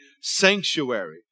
sanctuary